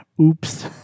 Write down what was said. Oops